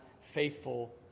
faithful